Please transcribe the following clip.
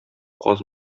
каз